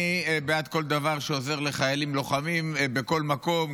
אני בעד כל דבר שעוזר לחיילים לוחמים בכל מקום,